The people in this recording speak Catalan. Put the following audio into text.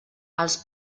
els